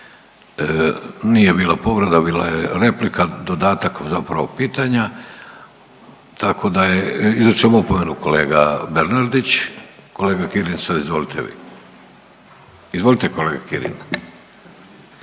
Nije bila povreda, bila je replika, dodatak zapravo pitanja, tako da je, izričem opomenu kolega Bernardić. Kolega Kirin sad izvolite vi. Izvolite kolega Kirin.